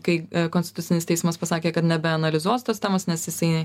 kai konstitucinis teismas pasakė kad nebeanalizuos tos temos nes jisai